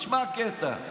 תשמע קטע.